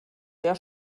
sehr